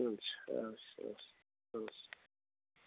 हुन्छ हवस् हवस् हवस्